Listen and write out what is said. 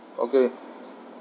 okay